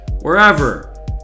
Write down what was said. wherever